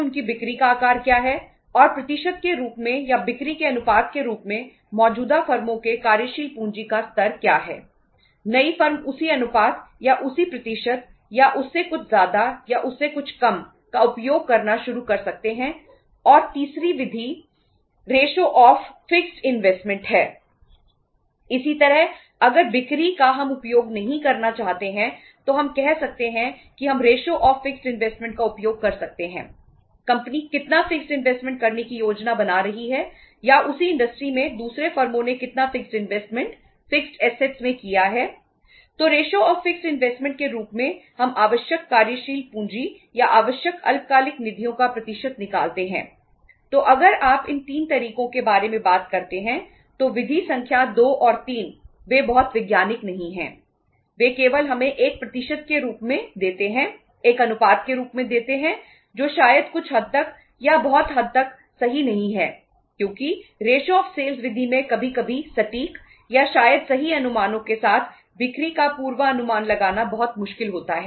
इसी तरह अगर बिक्री का हम उपयोग नहीं करना चाहते हैं तो हम कह सकते हैं कि हम रेश्यो ऑफ फिक्स्ड इन्वेस्टमेंट विधि में कभी कभी सटीक या शायद सही अनुमानों के साथ बिक्री का पूर्वानुमान लगाना बहुत मुश्किल होता है